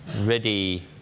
ready